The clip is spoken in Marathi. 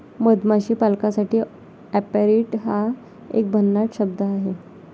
मधमाशी पालकासाठी ऍपेरिट हा एक भन्नाट शब्द आहे